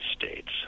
states